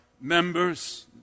members